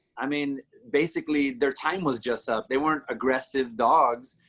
i mean, basically their time was just up. they weren't aggressive dogs.